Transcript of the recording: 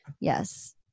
yes